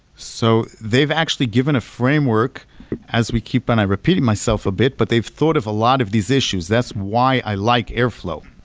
so they've actually given a framework as we keep on repeating myself a bit, but they've thought of a lot of these issues. that's why i like airflow.